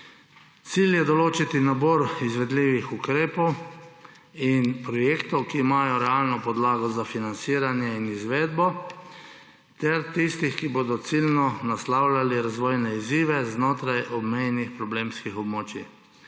Cilj je določiti nabor izvedljivih ukrepov in projektov, ki imajo realno podlago za financiranje in izvedbo, ter tistih, ki bodo ciljno naslavljali razvojne izzive znotraj obmejnih problemskih območij.